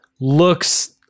looks